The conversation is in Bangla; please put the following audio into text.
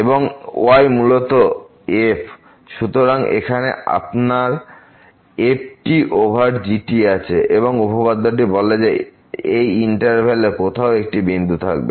এবং এই y হল মূলত f সুতরাং এখানে আপনার f ওভার g আছে এবং এই উপপাদ্যটি বলে যে ইন্টারভ্যালে কোথাও একটি বিন্দু থাকবে